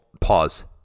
pause